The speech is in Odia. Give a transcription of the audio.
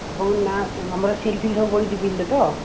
ଆପଣଙ୍କ ନାଁ ଆମର ସିଲ୍ଫିଲ୍ ସବୁ ପଡ଼ିଛି ବିଲ୍ରେ ତ